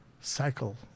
cycle